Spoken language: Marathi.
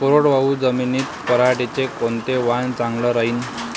कोरडवाहू जमीनीत पऱ्हाटीचं कोनतं वान चांगलं रायीन?